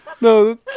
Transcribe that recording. No